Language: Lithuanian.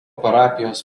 parapijos